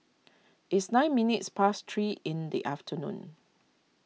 it's nine minutes past three in the afternoon